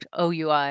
OUI